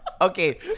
Okay